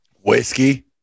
Whiskey